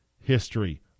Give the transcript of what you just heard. history